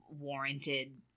warranted